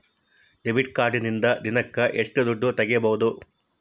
Debit ಕಾರ್ಡಿನಿಂದ ದಿನಕ್ಕ ಎಷ್ಟು ದುಡ್ಡು ತಗಿಬಹುದು?